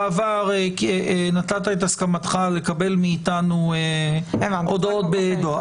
בעבר נתת את הסכמתך לקבל מאיתנו הודעות בדואר,